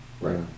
right